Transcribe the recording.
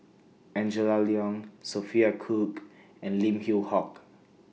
Angela Liong Sophia Cooke and Lim Yew Hock